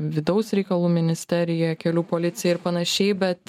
vidaus reikalų ministerija kelių policija ir panašiai bet